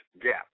gap